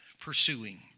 pursuing